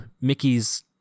Mickey's